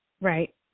Right